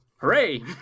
hooray